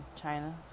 china